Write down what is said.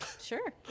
Sure